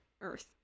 earth